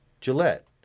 Gillette